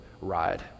ride